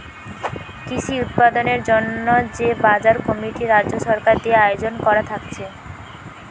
কৃষি উৎপাদনের জন্যে যে বাজার কমিটি রাজ্য সরকার দিয়ে আয়জন কোরা থাকছে